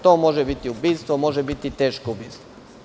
To može biti ubistvo, može biti teško ubistvo.